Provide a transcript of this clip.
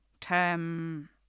term